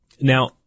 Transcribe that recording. now